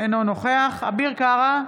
אינו נוכח אביר קארה,